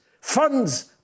funds